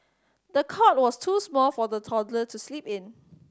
the cot was too small for the toddler to sleep in